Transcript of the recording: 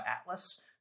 Atlas